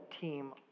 team